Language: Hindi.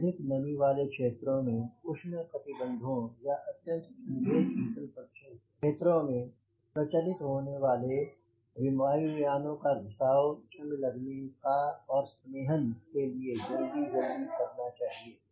अत्यधिक नमी वाले क्षेत्रों में उष्ण कटिबंधों या अत्यंत ठंडे शीतल क्षेत्रों में प्रचलित होने वाले वायु यानों का घिसाव जंग लगने और स्नेहन के लिए और जल्दी जल्दी करना चाहिए